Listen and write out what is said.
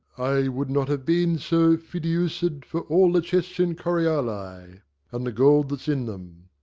i would not have been so fidiused for all the chests in corioli and the gold that's in them.